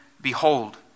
Behold